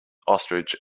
ostrich